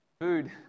Food